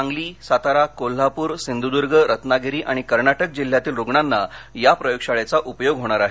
सांगली सातारा कोल्हापूर सिंधूद्र्ग रत्नागिरी आणि कर्नाटक जिल्ह्यातील रुग्णांना या प्रयोगशाळेचा उपयोग होणार आहे